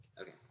Okay